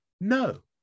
no